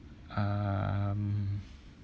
um